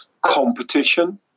competition